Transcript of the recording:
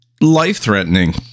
life-threatening